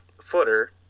footer